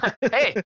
Hey